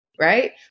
Right